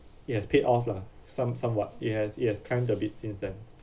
it has paid off lah some somewhat it has it has kinda bit since then